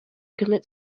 commit